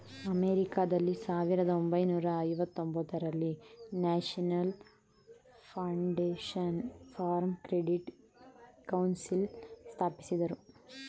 ಅಮೆರಿಕಾದಲ್ಲಿ ಸಾವಿರದ ಒಂಬೈನೂರ ಐವತೊಂದರಲ್ಲಿ national foundation for credit council ಸ್ಥಾಪಿಸಿದರು